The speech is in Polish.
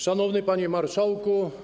Szanowny Panie Marszałku!